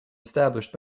established